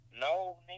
No